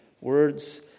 Words